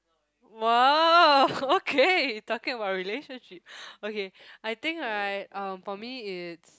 !wow! okay talking about relationship okay I think right uh for me it's